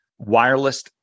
wireless